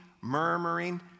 murmuring